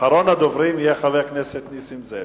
אחרון הדוברים יהיה חבר הכנסת נסים זאב.